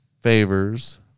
Favors